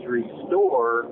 restore